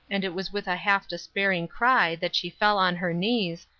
and it was with a half-despairing cry that she fell on her knees,